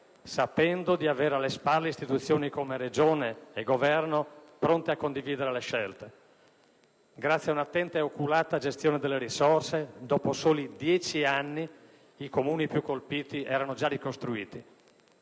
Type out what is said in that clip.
sapendo di avere alle spalle istituzioni come Regione e Governo pronte a condividere le scelte. Grazie a un'attenta e oculata gestione delle risorse, dopo soli dieci anni i Comuni più colpiti erano già ricostruiti.